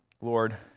Lord